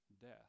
death